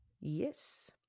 Yes